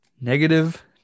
Negative